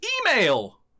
Email